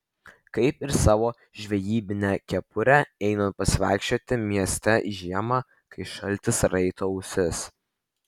kaip ir savo žvejybinę kepurę einant pasivaikščioti mieste žiemą kai šaltis raito ausis